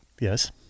Yes